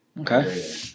okay